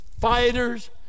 fighters